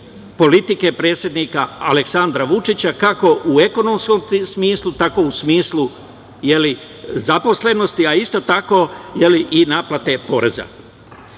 politike predsednika Aleksandra Vučića, kako u ekonomskom smislu, tako i u smislu zaposlenosti, a isto tako i naplate